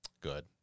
Good